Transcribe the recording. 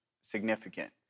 significant